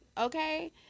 okay